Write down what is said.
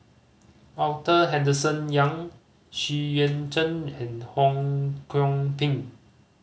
Arthur Henderson Young Xu Yuan Zhen and Ho Kwon Ping